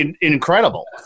incredible